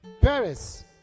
Paris